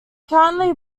currently